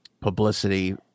publicity